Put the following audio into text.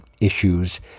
issues